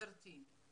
גברתי,